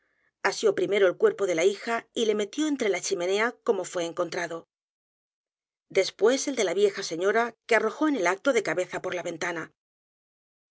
asió primero el cuerpo de la hija y le metió entre la chimenea como fué e n c o n t r a d o edgar poe novelas y cuentos después el de la vieja señora que arrojó en el acto de cabeza por la ventana